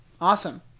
Awesome